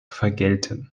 vergelten